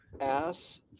ass